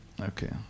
Okay